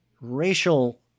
racial